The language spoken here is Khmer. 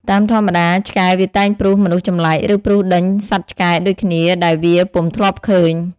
តាមធម្មតា ឆ្កែវាតែងព្រុះមនុស្សចម្លែក ឬព្រុះដេញសត្វឆ្កែដូចគ្នាដែលវាពុំធ្លាប់ឃើញ។